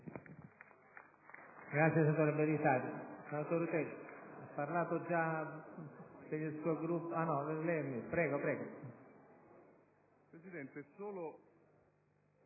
Grazie, signor Presidente.